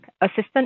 Assistant